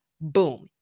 Boom